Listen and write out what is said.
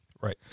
Right